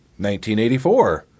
1984